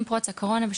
עם פרוץ הקורונה,